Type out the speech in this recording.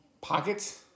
Pockets